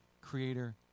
Creator